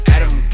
Adam